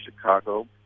Chicago